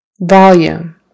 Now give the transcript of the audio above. volume